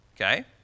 okay